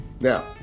Now